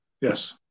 Yes